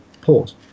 pause